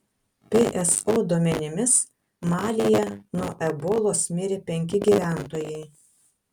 pso duomenimis malyje nuo ebolos mirė penki gyventojai